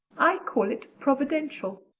i call it providential,